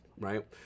right